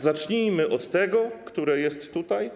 Zacznijmy od tego, które jest tutaj.